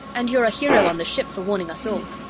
and you're a hero on the ship for warning us all.